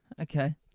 Okay